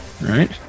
right